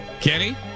Kenny